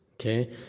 okay